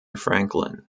franklin